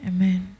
Amen